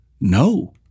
No